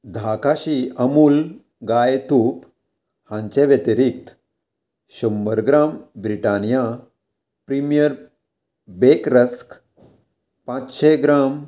धा काशी अमूल गाय तूप हांचे व्यतिरिक्त शंबर gram Britannia premier bake rusk पांचशे ग्राम